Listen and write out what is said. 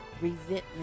resentment